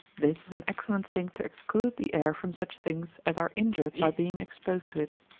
this is an excellent thing to exclude the air from such things as are injured by being exposed to it.